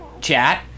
chat